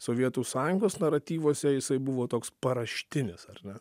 sovietų sąjungos naratyvuose jisai buvo toks paraštinis ar ne